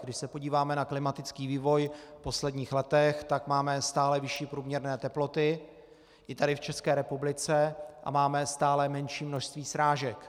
Když se podíváme na klimatický vývoj v posledních letech, tak máme stále vyšší teploty i tady v České republice a máme stále menší množství srážek.